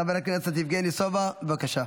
חבר הכנסת יבגני סובה, בבקשה.